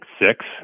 six